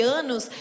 anos